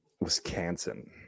Wisconsin